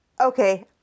Okay